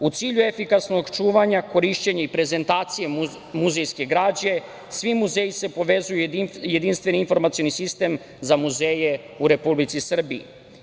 U cilju efikasnog čuvanja, korišćenja i prezentacije muzejske građe, svi muzeji se povezuju u jedinstveni informacioni sistem za muzeje u Republici Srbiji.